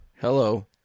hello